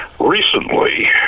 recently